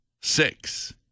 six